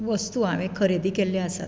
वस्तू हांवें खरेदी केल्ल्यो आसात